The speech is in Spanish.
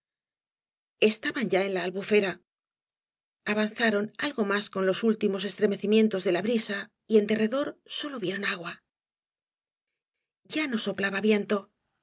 estaban ya en la albufera avanzaron algo más con los últimos estremecimientos de la brisa y en derredor sólo vieron agua ya no soplaba viento